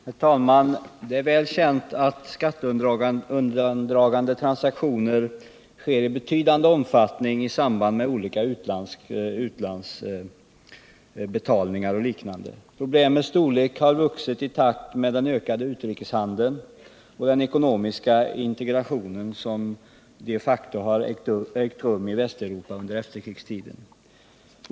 Herr talman! Det är väl känt att skatteundandragande transaktioner sker i betydande omfattning i samband med olika utlandsbetalningar och liknande. Problemets storlek har vuxit i takt med den ökade utrikeshandeln och den ekonomiska integration som de facto har ägt rum i Västeuropa under efterkrigstiden.